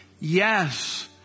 Yes